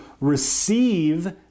receive